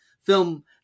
film